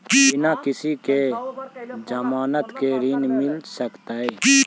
बिना किसी के ज़मानत के ऋण मिल सकता है?